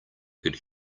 could